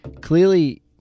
clearly